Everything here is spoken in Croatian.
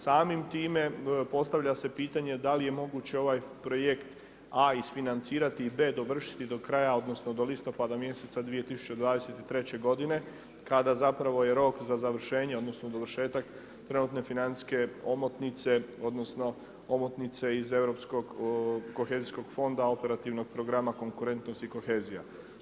Samim time postavlja se pitanje, da li je moguće ovaj projekt A financirati, B dovršiti do kraja, odnosno, do listopada mjeseca 2023. godine, kada zapravo je rok za završene, odnosno, dovršetak trenutne financijske omotnice, odnosno, omotnice iz europskog kohezijskog fonda operativnog programa konkurentnosti i kohezija.